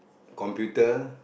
computer